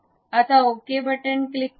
आता okay click करा